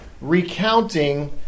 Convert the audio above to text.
recounting